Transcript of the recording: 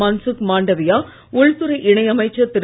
மன்சுக் மாண்டவியா உள்துறை இணை அமைச்சர் திரு